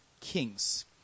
kings